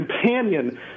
companion